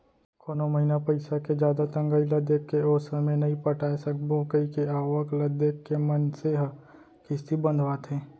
कोनो महिना पइसा के जादा तंगई ल देखके ओ समे नइ पटाय सकबो कइके आवक ल देख के मनसे ह किस्ती बंधवाथे